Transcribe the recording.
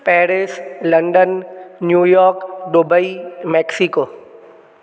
Paris London New York Dubai Mexico